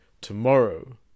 tomorrow